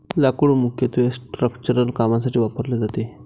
लाकूड मुख्यत्वे स्ट्रक्चरल कामांसाठी वापरले जाते